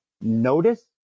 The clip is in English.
notice